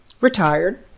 retired